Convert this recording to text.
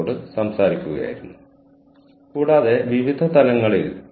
തുടർന്ന് ഭാവിയിൽ സ്ട്രാറ്റജിക് മാനേജ്മെന്റിന്റെ പ്രത്യാഘാതങ്ങളിലേക്ക് നമ്മൾ നീങ്ങും